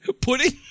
pudding